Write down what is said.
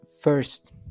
first